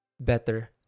better